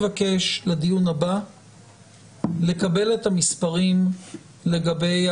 אבקש לדיון הבא לקבל את המספרים כמה